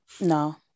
No